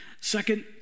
Second